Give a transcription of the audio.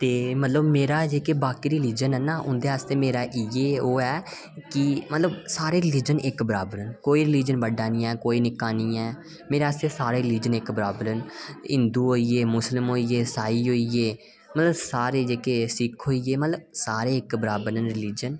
ते मतलब जेह्ड़ा जेह्के बाकी रिलीजन हैन न उं'दे आस्तै मेरा इ'यै ओह् ऐ कि मतलब सारे रिलीजन इक बराबर न कोई रिलीजन बड्डा निं ऐ कोई निक्का निं ऐ मेरे आस्तै सारे रिलीजन इक बराबर न हिंदू होइ ए मुस्लिम होइ ए ईसाइ होइ ए मतलब सारे जेह्के सिख होइ ए मतलब सारे इक बराबर न रिलीजन